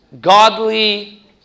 godly